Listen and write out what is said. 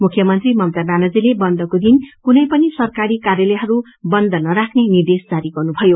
मुख्यमंत्री ममता व्यानज्रीले बन्दको दिन कुनै पनि सरकारी कार्यालयहरू बन्द नराख्ने निद्रेश जारी गर्नुभयो